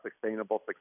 sustainable